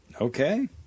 Okay